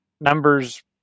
numbers